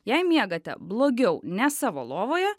jei miegate blogiau ne savo lovoje